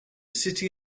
city